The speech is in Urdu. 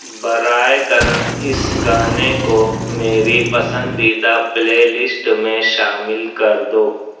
برائے کرم اس گانے کو میری پسندیدہ پلے لسٹ میں شامل کر دو